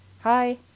Hi